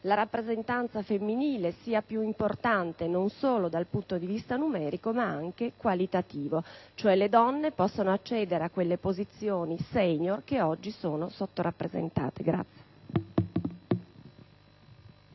la rappresentanza femminile sia più importante non solo dal punto di vista numerico, ma anche qualitativo, cioè affinché le donne possano accedere a quelle posizioni *senior* in cui oggi sono sottorappresentate. [POLI